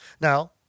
Now